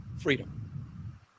Freedom